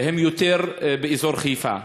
הם יותר באזור חיפה.